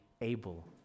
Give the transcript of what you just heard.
able